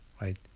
right